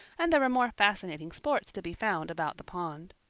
and there were more fascinating sports to be found about the pond.